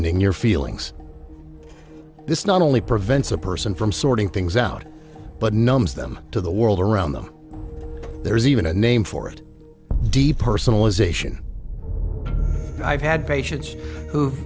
g your feelings this not only prevents a person from sorting things out but numbs them to the world around them there is even a name for it depersonalization i've had patients who've